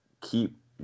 keep